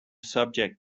subject